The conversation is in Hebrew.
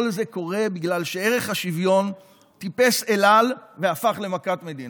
כל זה קורה בגלל שערך השוויון טיפס אל על והפך למכת מדינה.